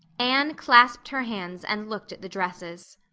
anne clasped her hands and looked at the dresses.